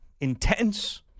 intense